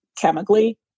chemically